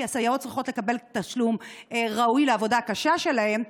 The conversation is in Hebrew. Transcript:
כי הסייעות צריכות לקבל תשלום ראוי על העבודה הקשה שלהן,